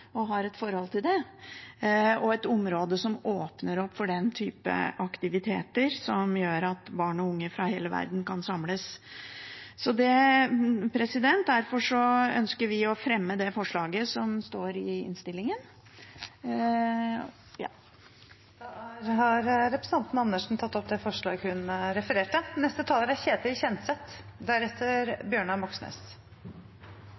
og har et forhold til den, og det er et område som åpner opp for den type aktiviteter som gjør at barn og unge fra hele verden kan samles. Derfor ønsker vi å fremme forslaget som står i innstillingen. Representanten Karin Andersen har tatt opp det forslaget hun refererte til. Veldig mange har et forhold til Ekebergsletta, særlig de som bor i Oslo, selvfølgelig. Det er